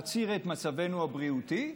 להצהיר על מצבנו הבריאותי,